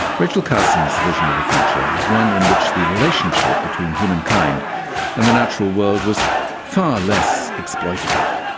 rachel carson's vision of the future was one in which the relationship between humankind and the natural world was far less exploitative,